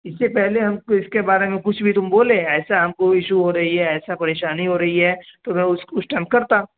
اس سے پہلے ہم اس کے بارے میں کچھ بھی تم بولے ایسا ہم کو ایشو ہو رہی ہے ایسا پریشانی ہو رہی ہے تو میں اس کو اس ٹائم کرتا